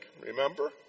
Remember